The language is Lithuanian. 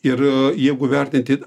ir jeigu vertinti